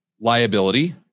liability